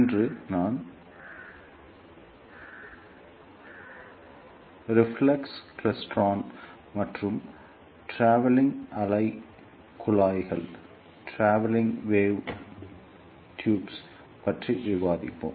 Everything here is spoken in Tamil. இன்று நான் ரிஃப்ளெக்ஸ் கிளைஸ்ட்ரான் மற்றும் டிராவலிங் அலை குழாய்களைப் பற்றி விவாதிப்பேன்